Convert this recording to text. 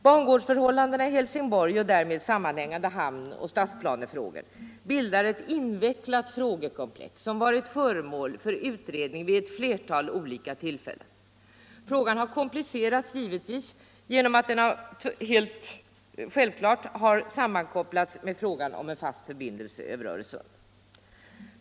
Bangårdsförhållandena i Helsingborg och därmed sammanhängande hamn och stadsplanefrågor bildar ett invecklat frågekomplex, som varit föremål för utredning ett flertal gånger. Frågan har givetvis komplicerats genom att den helt självklart har sammankopplats med frågan om en fast förbindelse över Öresund.